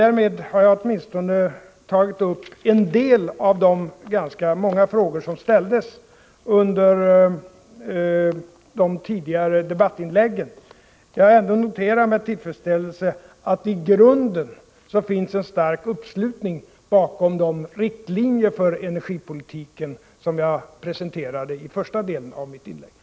Därmed har jag tagit upp åtminstone en del av de ganska många frågor som ställdes i de tidigare debattinläggen. Jag har ändå noterat med tillfredsställelse att i grunden finns en stark uppslutning bakom de riktlinjer för energipolitiken som jag presenterade i första delen av mitt inlägg.